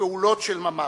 בפעולות של ממש.